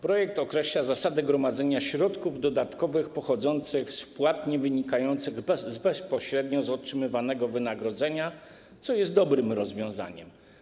Projekt określa zasady gromadzenia środków dodatkowych pochodzących z wpłat niewynikających bezpośrednio z otrzymywanego wynagrodzenia, co jest dobrym rozwiązaniem.